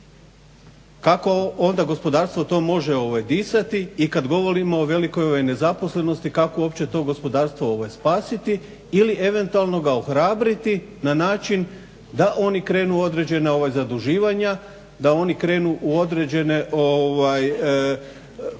Kako onda gospodarstvo to može disati i kad govorimo o velikoj nezaposlenosti kako uopće to gospodarstvo spasiti ili eventualno ga ohrabriti na način da oni krenu u određena zaduživanja, da oni krenu u određene bankarske